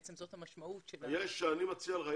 בעצם זאת המשמעות של ה --- אני מציע לך,